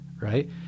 right